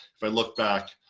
if i look back